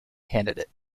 candidate